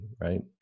right